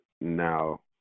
now